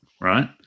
right